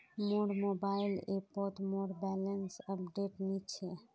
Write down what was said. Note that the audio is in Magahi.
मोर मोबाइल ऐपोत मोर बैलेंस अपडेट नि छे